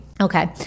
Okay